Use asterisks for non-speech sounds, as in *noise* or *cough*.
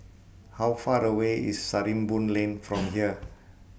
How Far away IS Sarimbun Lane from *noise* here